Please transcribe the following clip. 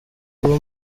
kuba